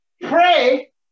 Pray